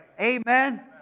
Amen